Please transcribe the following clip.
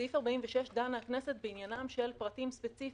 בסעיף 46 דנה הכנסת בעניינם של פרטים ספציפיים,